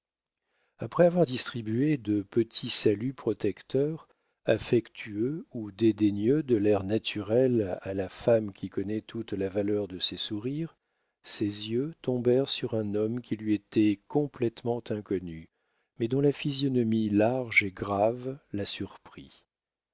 après avoir distribué de petits saluts protecteurs affectueux ou dédaigneux de l'air naturel à la femme qui connaît toute la valeur de ses sourires ses yeux tombèrent sur un homme qui lui était complétement inconnu mais dont la physionomie large et grave la surprit